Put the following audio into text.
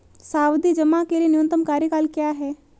सावधि जमा के लिए न्यूनतम कार्यकाल क्या है?